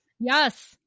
Yes